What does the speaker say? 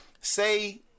Say